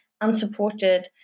unsupported